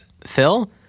Phil